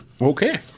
Okay